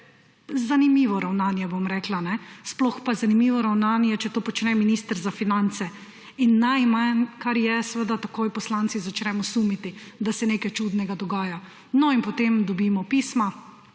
zanimivo ravnanje, sploh pa zanimivo ravnanje, če to počne minister za finance. Najmanj, kar je, seveda takoj poslanci začnemo sumiti, da se nekaj čudnega dogaja. No in potem dobimo pisma